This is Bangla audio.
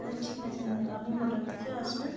আচ্ছা ঠিক আছে আপনি কটার দিকে আসবেন